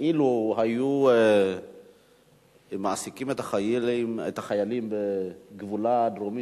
אילו היו מעסיקים את החיילים בגבולה הדרומי